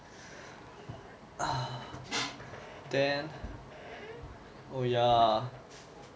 then oh ya